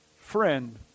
Friend